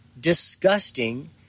disgusting